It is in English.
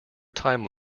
time